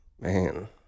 Man